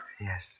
Yes